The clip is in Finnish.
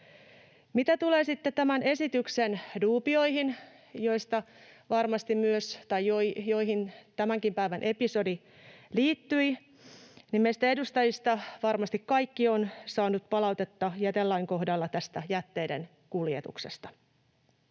sitten tämän esityksen duubioihin, joihin tämänkin päivän episodi liittyi, niin meistä edustajista varmasti kaikki ovat saaneet palautetta jätelain kohdalla tästä jätteiden kuljetuksesta.